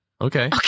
Okay